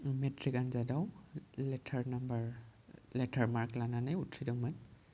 matric आनजादआव लेथार number letter mark लानानै उथ्रिदोंंमोन